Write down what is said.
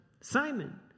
Simon